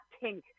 pink